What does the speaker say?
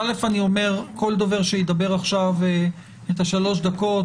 כל דובר שידבר עכשיו את השלוש דקות,